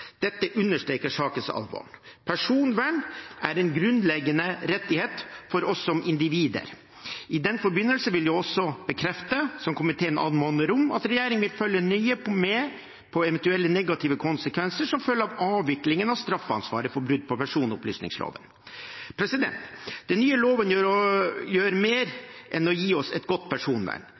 Dette understreker sakens alvor. Personvern er en grunnleggende rettighet for oss som individer. I den forbindelse vil jeg også bekrefte, som komiteen anmoder om, at regjeringen vil følge nøye med på eventuelle negative konsekvenser som følge av avviklingen av straffansvaret for brudd på personopplysningsloven. Den nye loven gjør mer enn å gi oss et godt personvern.